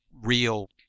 real